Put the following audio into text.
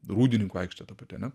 rūdininkų aikštė ta pati ane